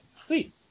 Sweet